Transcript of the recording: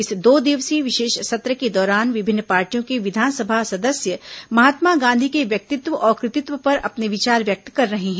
इस दो दिवसीय विशेष सत्र के दौरान विभिन्न पार्टियों के विधानसभा सदस्य महात्मा गांधी के व्यक्तित्व और कृतित्व पर अपने विचार व्यक्त कर रहे हैं